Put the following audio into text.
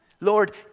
Lord